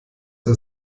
der